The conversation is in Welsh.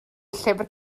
llyfr